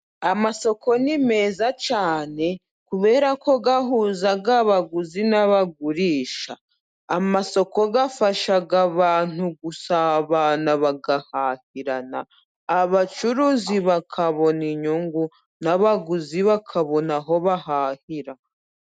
Amasoko nimeza cyane kubera ko ahuza abaguzi n'abagurisha. Amasoko afasha abantu gusabana bagahahirana abacuruzi bakabona inyungu n'abaguzi bakabona aho bahahira.